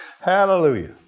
Hallelujah